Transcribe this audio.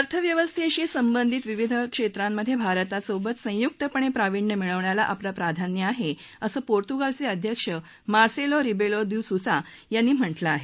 अर्थव्यवस्थेशी संबंधित विविध क्षेत्रांमध्ये भारतासोबत संयुकपणे प्रावीण्य मिळवण्याला आपलं प्राधान्य आहे असं पोर्तुगालचे अध्यक्ष मार्सेलो रिबेलो दी सुसा यांनी म्हटलं आहे